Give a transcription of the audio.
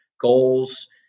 goals